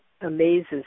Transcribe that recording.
amazes